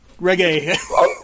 reggae